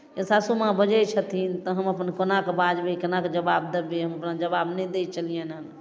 तऽ सासूमाँ बजै छथिन तऽ हम अपन कोना कऽ बजबै केनाके जवाब देबै हम अपना जवाब नहि दै छलियनि हेँ